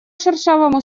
шершавому